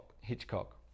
Hitchcock